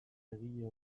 egile